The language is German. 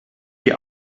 die